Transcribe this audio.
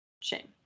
Shame